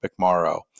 McMorrow